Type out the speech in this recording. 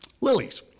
lilies